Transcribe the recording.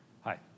Hi